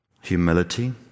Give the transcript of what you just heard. Humility